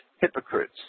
hypocrites